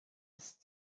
ist